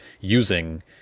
using